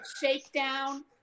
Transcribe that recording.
shakedown